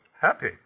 happy